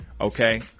Okay